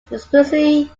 exclusively